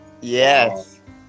Yes